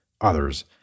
others